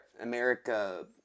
America